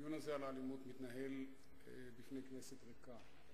שהדיון הזה על האלימות מתנהל בפני כנסת ריקה.